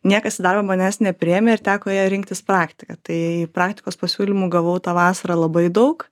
niekas į darbą manęs nepriėmė ir teko ją rinktis praktiką tai praktikos pasiūlymų gavau tą vasarą labai daug